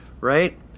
right